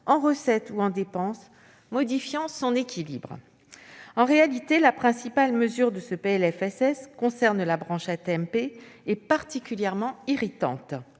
en recettes ou en dépenses, modifiant son équilibre. En réalité, la principale mesure de ce texte, au sujet de la branche AT-MP, est particulièrement irritante.